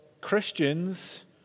Christians